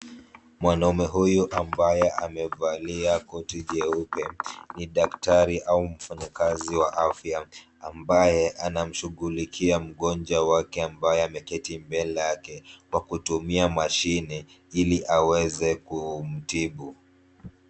Mwanaume huyu ambaye amevalia koti jeupe ni daktari au mfanyakazi wa afya ambaye anamshughulikia mgonjwa wake ambaye ameketi mbele yake kwa kutumia mashini ili aweze kumtibu.